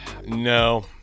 no